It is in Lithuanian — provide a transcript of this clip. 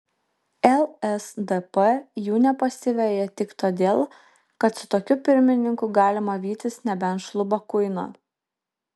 lsdp jų nepasiveja tik todėl kad su tokiu pirmininku galima vytis nebent šlubą kuiną